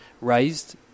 raised